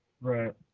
Right